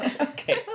Okay